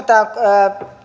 tämä